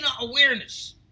awareness